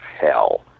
hell